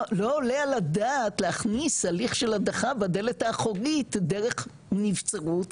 לא עולה על הדעת להכניס הליך של הדחה בדלת האחורית דרך נבצרות,